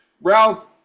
Ralph